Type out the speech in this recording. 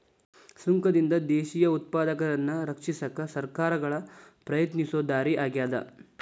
ಸುಂಕದಿಂದ ದೇಶೇಯ ಉತ್ಪಾದಕರನ್ನ ರಕ್ಷಿಸಕ ಸರ್ಕಾರಗಳ ಪ್ರಯತ್ನಿಸೊ ದಾರಿ ಆಗ್ಯಾದ